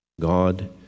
God